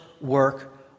work